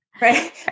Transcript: Right